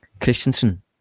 Christensen